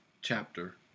chapter